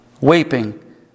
weeping